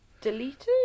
deleted